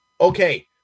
Okay